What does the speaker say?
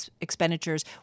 expenditures